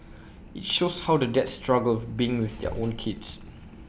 IT shows how the dads struggle being with their own kids